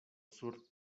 sur